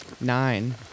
Nine